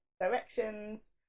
directions